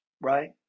right